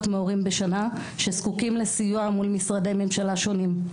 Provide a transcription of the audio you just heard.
מהורים בשנה שזקוקים לסיוע מול משרדי ממשלה שונים.